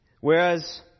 Whereas